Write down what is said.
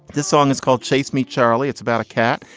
this song is called chase me, charlie. it's about a cat.